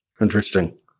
Interesting